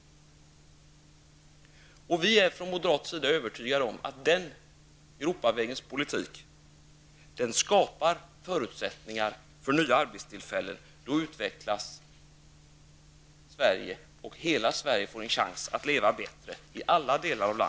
Vi moderater är övertygade om att Europavägens politik skapar förutsättningar för nya arbetstillfällen. Då utvecklas Sverige, och hela Sverige får en chans att leva bättre.